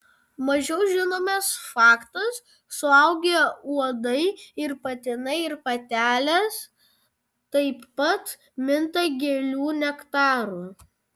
mažiau žinomas faktas suaugę uodai ir patinai ir patelės taip pat minta gėlių nektaru